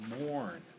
mourn